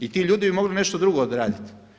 I ti ljudi bi mogli nešto drugo odraditi.